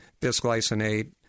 bisglycinate